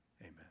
Amen